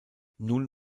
nun